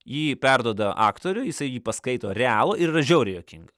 jį perduoda aktoriui jisai jį paskaito realų ir yra žiauriai juokingai